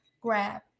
grab